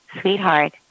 sweetheart